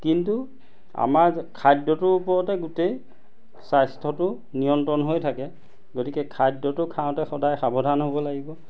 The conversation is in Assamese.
কিন্তু আমাৰ খাদ্যটোৰ ওপৰতে গোটেই স্বাস্থ্যটো নিয়ন্ত্ৰণ হৈ থাকে গতিকে খাদ্যটো খাওঁতে সদায় সাৱধান হ'ব লাগিব